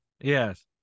Yes